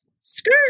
skirt